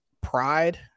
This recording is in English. pride